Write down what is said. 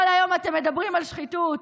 כל היום אתם מדברים על שחיתות.